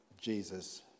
Jesus